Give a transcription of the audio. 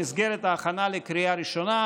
במסגרת ההכנה לקריאה ראשונה,